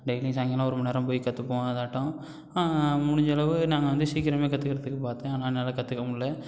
டெய்லியும் சாயங்காலம் ஒரு மணி நேரம் போய் கற்றுப்போம் அதாட்டம் முடிஞ்சளவு நாங்கள் வந்து சீக்கிரமே கற்றுக்கறதுக்கு பார்த்தேன் ஆனால் என்னால கற்றுக்க முடில்ல